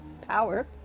power